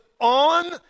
on